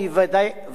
חוק ומשפט של הכנסת.